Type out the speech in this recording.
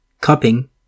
cupping